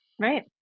Right